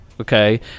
Okay